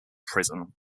prison